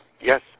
yes